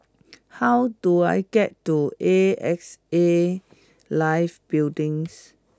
how do I get to A X A Life Buildings